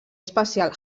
espacial